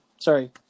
Sorry